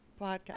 Podcast